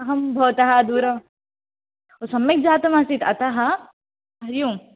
अहं भवतः अधूरं सम्यक् जातं आसीत अतः हरिओम्